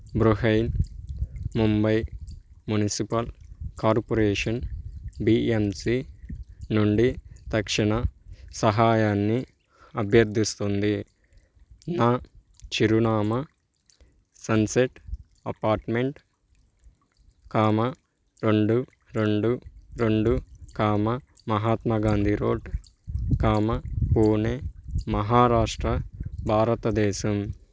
Brihan Mumbai municipal corporation BMC నుండి తక్షణ సహాయాన్ని అభ్యర్థిస్తుంది నా చిరునామా సన్సెట్ అపార్ట్మెంట్ కామ రెండు రెండు రెండు comma Mahatma Gandhi road comma Pune Maharashtra భారతదేశం